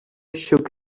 shook